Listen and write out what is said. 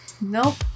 Nope